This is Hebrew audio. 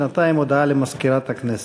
בינתיים, הודעה למזכירת הכנסת.